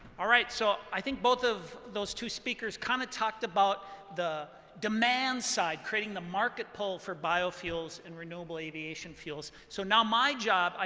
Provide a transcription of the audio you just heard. all right, so i think both of those two speakers kind of talked about the demand side, creating the market pull for biofuels and renewable aviation fuels. so now my job,